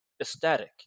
ecstatic